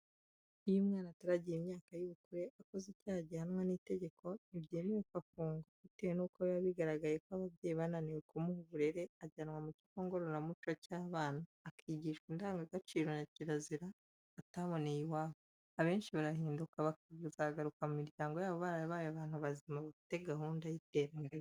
Iyo umwana ataragira imyaka y'ubukure akoze icyaha gihanwa n'itegeko ntibyemewe ko afungwa. Bitewe n'uko biba bigaragaye ko ababyeyi bananiwe kumuha uburere, ajyanwa mu kigo ngororamuco cy'abana, akigishwa indangagaciro na kirazira ataboneye iwabo; abenshi barahinduka bakazagaruka mu miryango yabo barabaye abantu bazima, bafite gahunda y'iterambere.